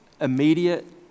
immediate